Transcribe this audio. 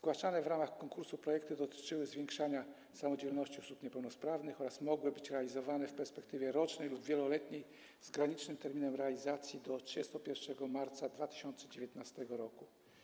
Zgłaszane w ramach konkursu projekty dotyczyły zwiększania samodzielności osób niepełnosprawnych oraz mogły być realizowane w perspektywie rocznej lub wieloletniej z granicznym terminem realizacji ich do 31 marca 2019 r.